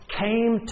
came